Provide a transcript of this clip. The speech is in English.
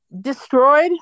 destroyed